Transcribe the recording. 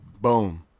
boom